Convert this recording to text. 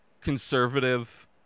conservative –